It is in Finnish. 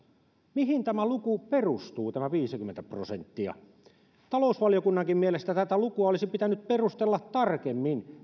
mihin tämä luku viisikymmentä prosenttia perustuu talousvaliokunnankin mielestä tätä lukua ja miten tähän päädyttiin olisi pitänyt perustella tarkemmin